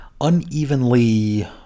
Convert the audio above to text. Unevenly